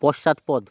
পশ্চাৎপদ